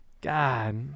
God